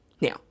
Now